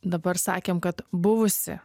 dabar sakėm kad buvusi